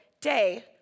day